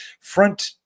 front